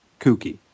kooky